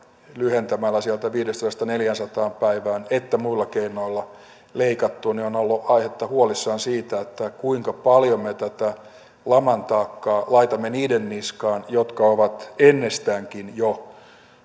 lyhentämällä sieltä viidestäsadasta neljäänsataan päivään että muilla keinoilla on ollut aihetta huoleen siitä kuinka paljon me tätä laman taakkaa laitamme niiden niskaan jotka ovat jo ennestäänkin